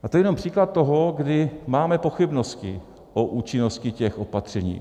A to je jenom příklad toho, kdy máme pochybnosti o účinnosti těch opatření.